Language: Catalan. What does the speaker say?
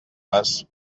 fas